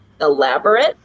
elaborate